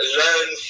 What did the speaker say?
learn